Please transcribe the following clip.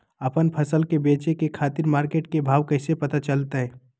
आपन फसल बेचे के खातिर मार्केट के भाव कैसे पता चलतय?